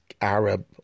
arab